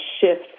shift